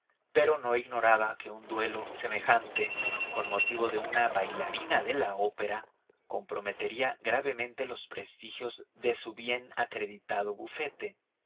pero no ignoraba que un duelo semejante con motivo de una bailarina de la opera comprometería gravemente los prestigios de su bien acreditado bufete